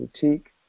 boutique